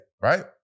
right